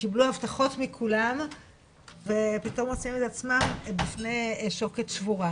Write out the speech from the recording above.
וקיבלו הבטחות מכולן ופתאום מוצאים את עצמם בפני שוקת שבורה.